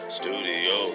studio